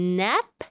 nap